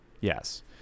yes